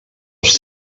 els